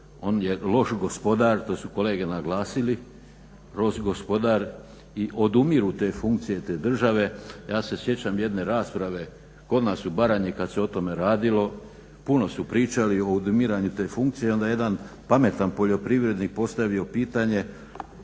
On je loš gospodar, to su kolege naglasili, loš gospodar i odumiru te funkcije te države. Ja se sjećam jedne rasprave kod nas u Baranji kada se o tome radilo. Puno su pričali o odumiranju te funkcije i onda je jedan pametan poljoprivrednik postavio pitanje